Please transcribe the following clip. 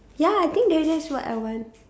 ya I think that's that's what I want